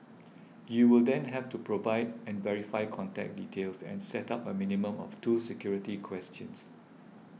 you will then have to provide and verify contact details and set up a minimum of two security questions